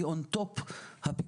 היא On top הפיקוח.